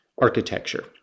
architecture